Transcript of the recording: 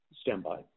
standby